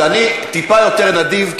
אז אני טיפה יותר נדיב,